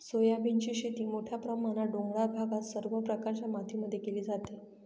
सोयाबीनची शेती मोठ्या प्रमाणात डोंगराळ भागात सर्व प्रकारच्या मातीमध्ये केली जाते